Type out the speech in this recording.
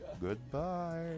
goodbye